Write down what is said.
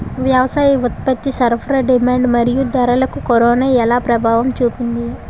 వ్యవసాయ ఉత్పత్తి సరఫరా డిమాండ్ మరియు ధరలకు కరోనా ఎలా ప్రభావం చూపింది